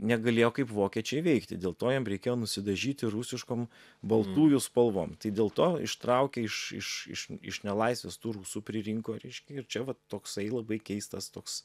negalėjo kaip vokiečiai veikti dėl to jiem reikėjo nusidažyti rusiškom baltųjų spalvom tai dėl to ištraukė iš iš iš iš nelaisvės tų rusų pririnko reiškia ir čia va toksai labai keistas toks